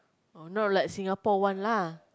oh not like Singapore one lah